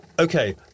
Okay